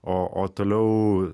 o o toliau